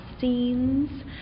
scenes